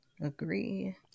Agree